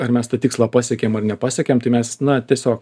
ar mes tą tikslą pasiekėm ar nepasiekėm tai mes na tiesiog